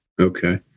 Okay